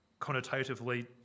connotatively